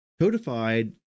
codified